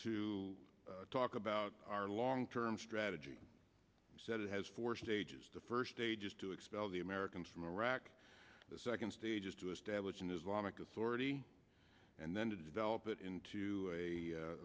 to talk about our long term strategy said it has four stages the first day just to expel the americans from iraq the second stage is to establish an islamic authority and then to develop it into